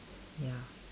ya